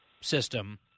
system